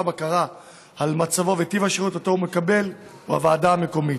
בקרה על מצבו וטיב השירות שהוא מקבל הוא הוועדה המקומית.